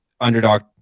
underdog